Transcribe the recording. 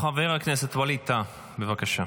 חבר הכנסת ווליד טאהא, בבקשה.